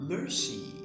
Mercy